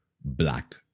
black